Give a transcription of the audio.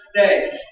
today